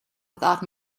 without